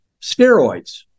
steroids